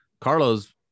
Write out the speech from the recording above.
Carlos